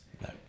No